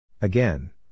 again